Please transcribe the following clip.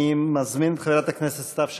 אני מזמין את חברת הכנסת סתיו שפיר.